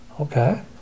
Okay